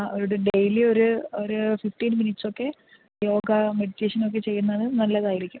ആ ഒരു ഡെയ്ലി ഒരു ഒരു ഫിഫ്റ്റീൻ മിനിറ്റ്സൊക്കെ യോഗ മെഡിറ്റേഷനൊക്കെ ചെയ്യുന്നത് നല്ലതായിരിക്കും